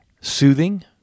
soothing